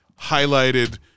highlighted